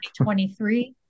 2023